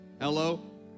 Hello